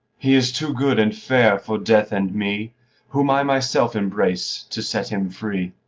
he is too good and fair for death and me whom i myself embrace to set him free